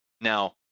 now